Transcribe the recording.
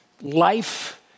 life